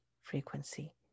frequency